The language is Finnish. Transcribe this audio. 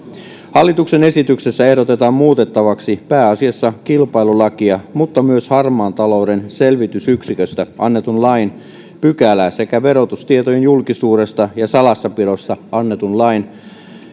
hallituksen esityksessä ehdotetaan muutettavaksi pääasiassa kilpailulakia mutta myös harmaan talouden selvitysyksiköstä annetun lain pykälää sekä verotustietojen julkisuudesta ja salassapidosta annetun lain